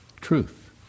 truth